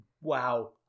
Wow